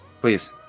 please